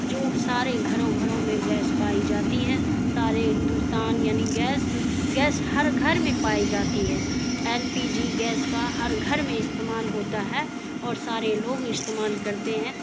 جو سارے گھروں گھروں میں گیس پائی جاتی ہے سارے ہندوستان یعنی گیس گیس ہر گھر میں پائی جاتی ہے ایل پی جی گیس کا ہر گھر میں استعمال ہوتا ہے اور سارے لوگ استعمال کرتے ہیں